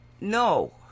No